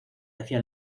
hacia